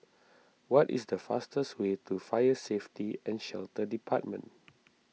what is the fastest way to Fire Safety and Shelter Department